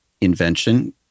invention